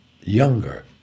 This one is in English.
younger